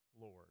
Lord